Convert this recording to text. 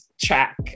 track